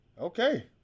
Okay